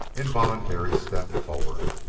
involuntary step forward.